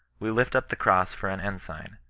we lift up the cross for an ensign,